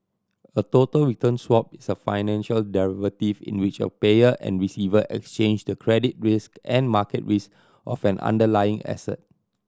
a total return swap is a financial derivative in which a payer and receiver exchange the credit risk and market risk of an underlying asset